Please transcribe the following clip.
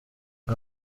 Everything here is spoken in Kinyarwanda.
ngo